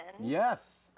Yes